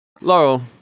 Laurel